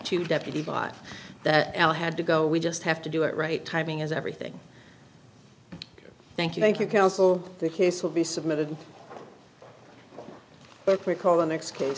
to deputy bought that al had to go we just have to do it right timing is everything thank you thank you counsel the case will be submitted recall the next case